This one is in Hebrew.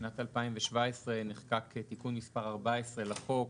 בשנת 2017 נחקק תיקון מס' 14 לחוק,